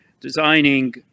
designing